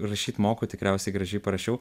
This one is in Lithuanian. rašyt moku tikriausiai gražiai parašiau